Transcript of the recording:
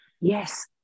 yes